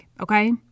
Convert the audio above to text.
okay